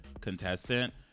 contestant